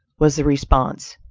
was the response,